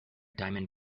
diamond